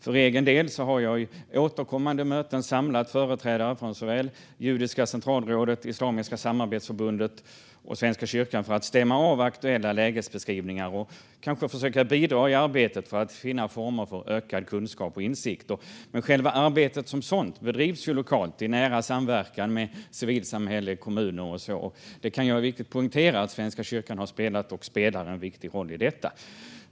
För egen del har jag vid återkommande möten samlat företrädare för såväl Judiska Centralrådet som Islamiska samarbetsförbundet och Svenska kyrkan för att stämma av aktuella lägesbeskrivningar och försöka bidra i arbetet för att finna former för ökad kunskap och insikt. Men själva arbetet som sådant bedrivs lokalt i nära samverkan med civilsamhälle och kommuner. Jag poängterar att Svenska kyrkan har spelat och spelar en viktig roll i detta.